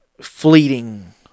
fleeting